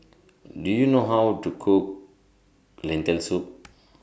Do YOU know How to Cook Lentil Soup